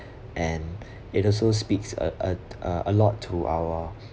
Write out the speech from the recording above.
and it also speaks uh uh uh a lot to our